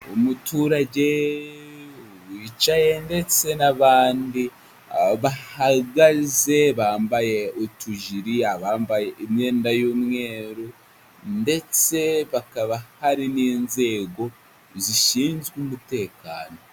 Umuturage wicaye ndetse n'abandi bahagaze, bambaye utujiri, abambaye imyenda y'umweru, ndetse bakaba hari n'inzego zishinzwe umutekano.